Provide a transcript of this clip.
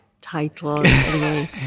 title